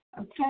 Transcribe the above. Okay